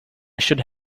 should